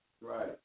right